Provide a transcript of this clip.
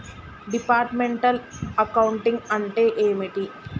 Departmental accounting అంటే ఏమిటి?